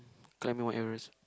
climb Mount Everest